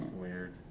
Weird